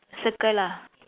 circle lah